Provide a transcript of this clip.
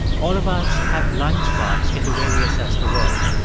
all of us have blind spots in the way we assess the world.